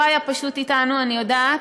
לא היה פשוט אתנו, אני יודעת,